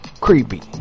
creepy